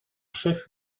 chef